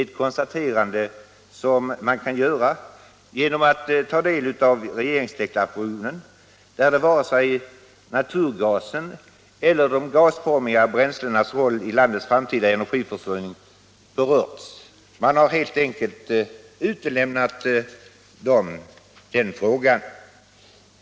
I regeringsdeklarationen har varken naturgasens eller över huvud taget de gasformiga bränslenas roll i landets framtida energiförsörjning berörts. Man har helt enkelt gått förbi den frågan.